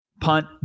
punt